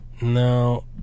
No